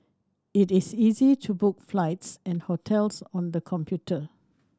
it is easy to book flights and hotels on the computer